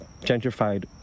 gentrified